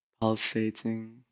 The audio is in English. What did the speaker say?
pulsating